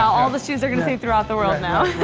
all the shoes are gonna say throughout the world now.